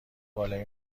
بالای